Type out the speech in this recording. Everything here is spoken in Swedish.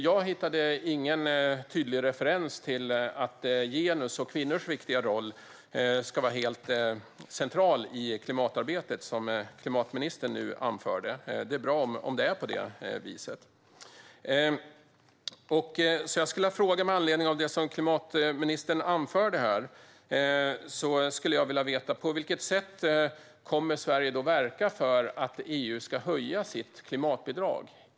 Jag hittade ingen tydlig referens till att genus och kvinnors viktiga roll ska vara helt central i klimatarbetet, vilket klimatministern nu anförde. Det är bra om det är på det viset. Med anledning av vad klimatministern sa vill jag veta: På vilket sätt kommer Sverige att verka för att EU höjer sitt klimatbidrag?